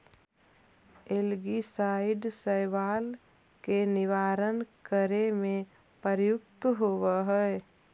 algicide शैवाल के निवारण करे में प्रयुक्त होवऽ हई